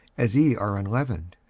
as ye are unleavened.